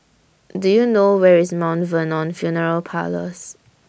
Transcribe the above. Do YOU know Where IS Mount Vernon Funeral Parlours